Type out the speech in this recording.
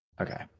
Okay